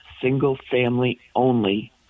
single-family-only